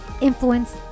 influence